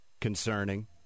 concerning